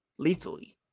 lethally